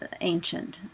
ancient